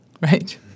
right